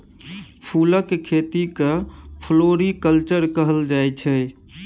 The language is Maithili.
फुलक खेती केँ फ्लोरीकल्चर कहल जाइ छै